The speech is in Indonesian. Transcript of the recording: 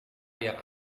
yang